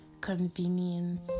convenience